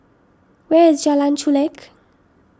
where is Jalan Chulek